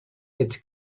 it’s